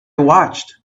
watched